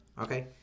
Okay